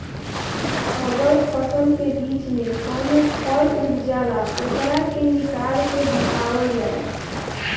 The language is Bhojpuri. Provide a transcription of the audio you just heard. अगर फसल के बीच में कवनो खर उग जाला ओकरा के निकाल के हटावल जाला